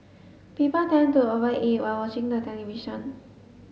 people tend to over eat while watching the television